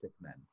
men